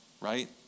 right